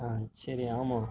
ஆ சரி ஆமாம்